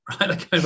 right